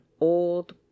old